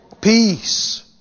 Peace